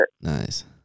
nice